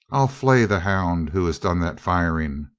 i'll flay the hound who has done that firing.